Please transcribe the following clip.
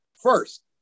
first